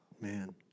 Man